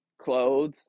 clothes